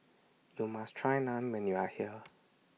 YOU must Try Naan when YOU Are here